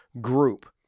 group